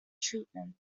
treatment